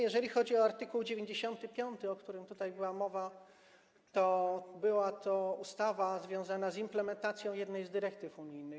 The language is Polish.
Jeżeli chodzi o art. 95, o którym tutaj była mowa, to była to ustawa związana z implementacją jednej z dyrektyw unijnych.